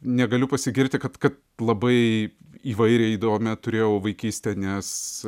negaliu pasigirti kad kad labai įvairią įdomią turėjau vaikystę nes